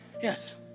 Yes